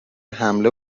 حمله